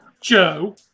Joe